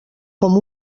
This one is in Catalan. com